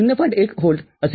१ volt असेल